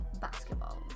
Basketball